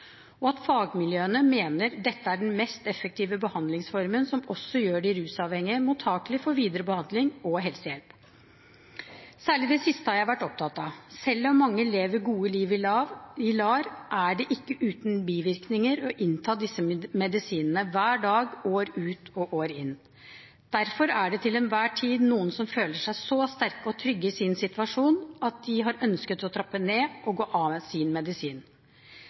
og at fagmiljøene mener dette er den mest effektive behandlingsformen, som også gjør de rusavhengige mottakelig for videre behandling og helsehjelp. Særlig det siste har jeg vært opptatt av. Selv om mange lever gode liv i LAR, er det ikke uten bivirkninger å innta disse medisinene hver dag år ut og år inn. Derfor er det til enhver tid noen som føler seg så sterke og trygge i sin situasjon at de har ønsket å trappe ned og slutte med sin medisin.